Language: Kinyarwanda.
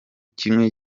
kimwe